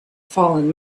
fallen